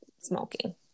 smoking